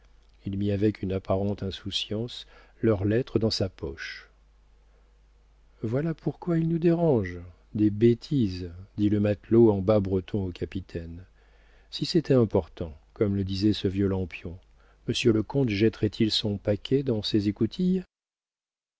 il mit avec une apparente insouciance leurs lettres dans sa poche voilà pourquoi ils nous dérangent des bêtises dit le matelot en bas breton au capitaine si c'était important comme le disait ce vieux lampion monsieur le comte jetterait il son paquet dans ses écoutilles